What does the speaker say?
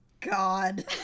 God